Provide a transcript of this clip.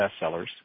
bestsellers